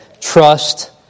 Trust